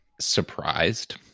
surprised